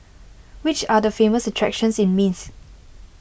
which are the famous attractions in Minsk